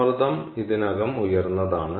സമ്മർദ്ദം ഇതിനകം ഉയർന്നതാണ്